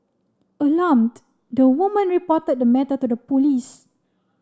alarmed the woman reported the matter to the police